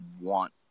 want